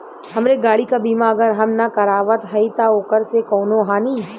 हमरे गाड़ी क बीमा अगर हम ना करावत हई त ओकर से कवनों हानि?